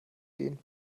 gehen